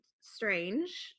strange